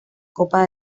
copa